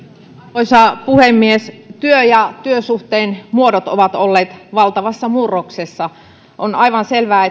arvoisa puhemies työ ja työsuhteen muodot ovat olleet valtavassa murroksessa on aivan selvää